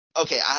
okay